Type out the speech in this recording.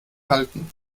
halten